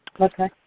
Okay